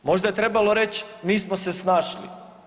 Možda je trebalo reći nismo se snašli?